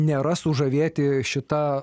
nėra sužavėti šita